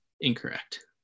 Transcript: incorrect